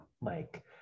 Mike